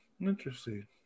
Interesting